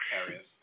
areas